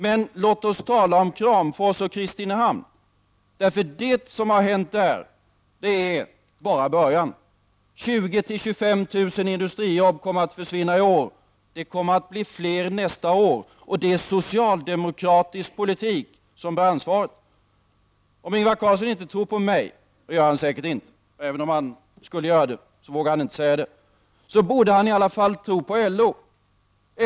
Men låt oss tala om Kramfors och Kristinehamn, för det som har hänt där är bara början. 20 000—25 000 industrijobb kommer att försvinna i år. Det kommer att bli fler nästa år. Och det är socialdemokratisk politik som bär ansvaret. Om Ingvar Carlsson inte tror på mig — det gör han säkert inte, och även om han skulle göra det vågar han inte säga det — så borde han i alla fall tro på LO.